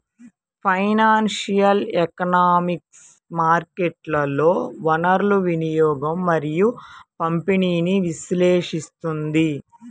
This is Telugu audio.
ఫైనాన్షియల్ ఎకనామిక్స్ మార్కెట్లలో వనరుల వినియోగం మరియు పంపిణీని విశ్లేషిస్తుంది